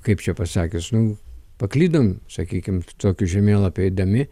kaip čia pasakius nu paklydom sakykim tokiu žemėlapiu eidami